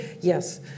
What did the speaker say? Yes